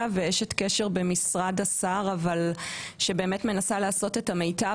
ואשת קשר במשרד השר שבאמת מנסה לעשות את המיטב,